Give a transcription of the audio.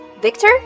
Victor